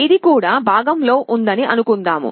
ఇది కుడి భాగంలో ఉందని అనుకుందాం